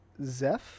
zef